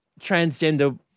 transgender